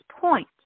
point